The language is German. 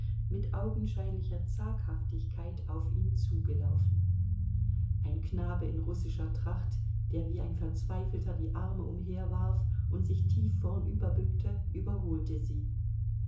mit augenscheinlicher zaghaftigkeit auf ihn zugelaufen ein knabe in russischer tracht der wie ein verzweifelter die arme umherwarf und sich tief vornüber bückte überholte sie